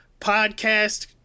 podcast